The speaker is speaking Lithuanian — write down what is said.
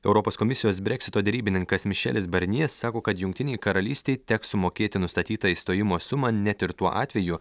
europos komisijos breksito derybininkas mišelis barnie sako kad jungtinei karalystei teks sumokėti nustatytą išstojimo sumą net ir tuo atveju